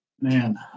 Man